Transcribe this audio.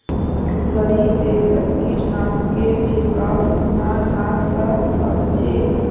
गरीब देशत कीटनाशकेर छिड़काव इंसान हाथ स कर छेक